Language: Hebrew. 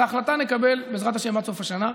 את ההחלטה נקבל, בעזרת השם, עד סוף השנה,